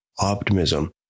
optimism